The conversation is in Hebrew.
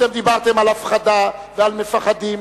אתם דיברתם על הפחדה ועל מפחדים,